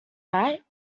night